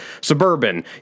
suburban